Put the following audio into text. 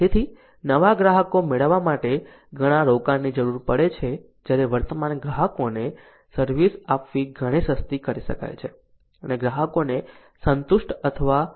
તેથી નવા ગ્રાહકો મેળવવા માટે ઘણાં રોકાણની જરૂર પડે છે જ્યારે વર્તમાન ગ્રાહકોને સર્વિસ આપવી ઘણી સસ્તી કરી શકાય છે અને ગ્રાહકોને સંતુષ્ટ અને આનંદિત રાખી શકે છે